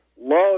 Love